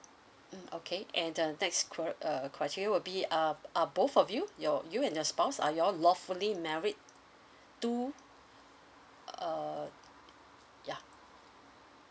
mm okay and uh next cry uh criteria will be um are both of you your you and your spouse are y'all lawfully married to err ya